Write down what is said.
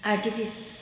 আৰ্টিফিচ